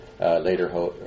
later